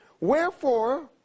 wherefore